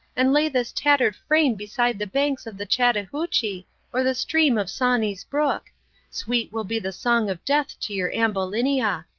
and lay this tattered frame beside the banks of the chattahoochee or the stream of sawney's brook sweet will be the song of death to your ambulinia.